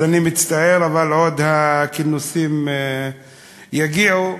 אז אני מצטרף, והכינוסים עוד יגיעו,